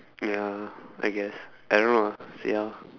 ya I guess I don't know ah see how ya